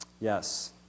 Yes